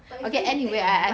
but it's going to take your blood